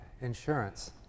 insurance